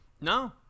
No